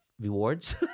rewards